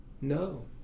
No